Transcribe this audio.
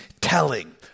telling